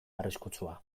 arriskutsua